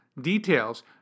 details